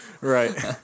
Right